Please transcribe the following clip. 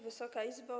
Wysoka Izbo!